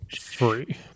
free